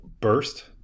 burst